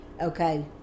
Okay